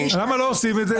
למה לא עושים את זה?